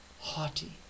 haughty